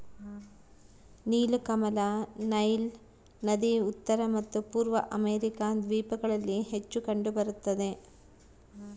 ನೀಲಕಮಲ ನೈಲ್ ನದಿ ಉತ್ತರ ಮತ್ತು ಪೂರ್ವ ಅಮೆರಿಕಾ ದ್ವೀಪಗಳಲ್ಲಿ ಹೆಚ್ಚು ಕಂಡು ಬರುತ್ತದೆ